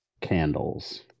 candles